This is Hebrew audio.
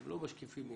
הם לא משקיפים מהצד.